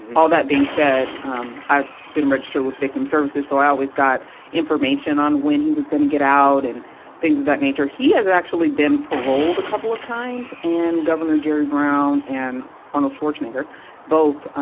all that being said, um, i've been registered with victim services, so i always got information on when he was gonna get out and things of that nature. he has actually been paroled a couple of times, and governor jerry brown and arnold schwarzenegger both, ah,